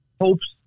hopes